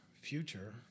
future